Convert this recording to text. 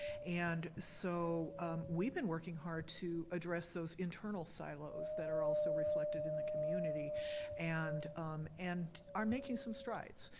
and so we've been working hard to address those internal silos that are also reflected in the community and and are making some strides.